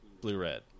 blue-red